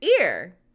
ear